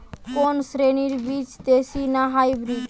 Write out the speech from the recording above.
কোন শ্রেণীর বীজ দেশী না হাইব্রিড?